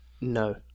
No